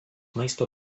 maisto